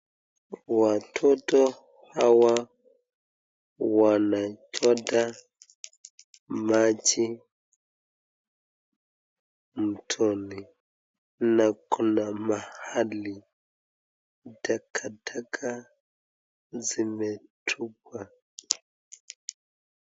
Watoto hawa wanachota maji mtoni na kuna mahali takataka zimetupwa.